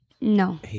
No